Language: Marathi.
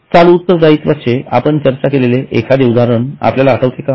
चालू उत्तरदायित्वाचे आपण चर्चा केलेले एखादे उदाहरण आपल्याला आठवते का